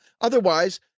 otherwise